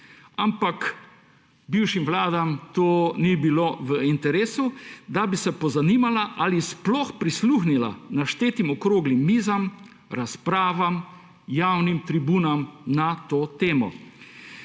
Ampak bivšim vladam ni bilo v interesu, da bi se pozanimale ali da bi sploh prisluhnile naštetim okroglim mizam, razpravam, javnim tribunam na to temo,